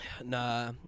Nah